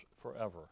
forever